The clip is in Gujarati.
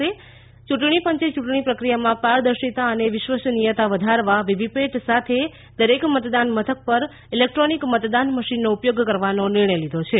યૂંટણી પંચે યૂંટણી પ્રક્રિયામાં પારદર્શિતા અને વિશ્વસનીયતા વધારવા વીવીપીએટી સાથે દરેક મતદાન મથક પર ઇલેક્ટ્રોનિક મતદાન મશીનનો ઉપયોગ કરવાનો નિર્ણય લીધો છે